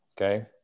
okay